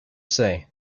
say